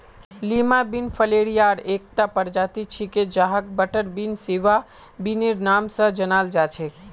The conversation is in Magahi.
लीमा बिन फलियार एकता प्रजाति छिके जहाक बटरबीन, सिवा बिनेर नाम स जानाल जा छेक